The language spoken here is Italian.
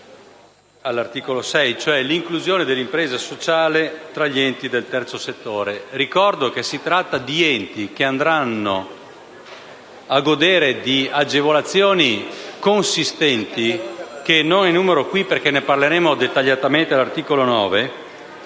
all'articolo 6, vale a dire l'inclusione dell'impresa sociale tra gli enti del terzo settore. Ricordo che si tratta di enti che andranno a godere di agevolazioni consistenti - che non enuncio in questa sede, perché ne parleremo dettagliatamente all'articolo 9